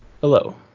Hello